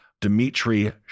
Dmitry